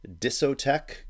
Disotech